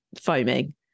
foaming